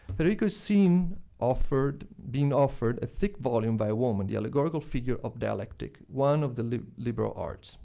federico's seen offered. being offered a thick volume by a woman, the allegorical figure of dialectic, one of the liberal liberal arts.